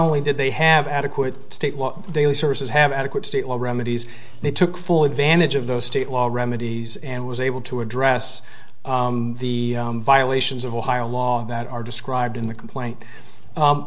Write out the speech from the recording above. only did they have adequate state daily services have adequate state law remedies they took full advantage of those state law remedies and was able to address the violations of ohio law that are described in the complaint